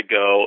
go